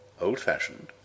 old-fashioned